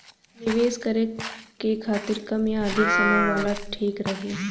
निवेश करें के खातिर कम या अधिक समय वाला ठीक रही?